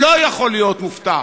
לא יכול להיות מופתע,